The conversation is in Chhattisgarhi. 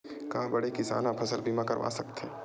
का बड़े किसान ह फसल बीमा करवा सकथे?